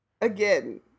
Again